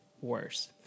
worse